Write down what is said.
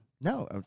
No